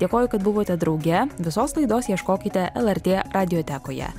dėkoju kad buvote drauge visos laidos ieškokite lrt radiotekoje